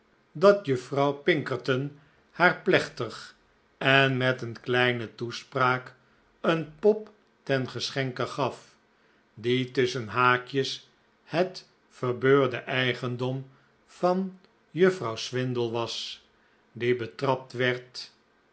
dat juffrouw pinkerton haar plechtig en met een kleine toespraak een pop ten geschenke gaf die tusschen haakjes het verbeurde eigendom van juffrouw swindle was die betrapt werd